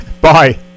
Bye